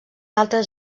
altres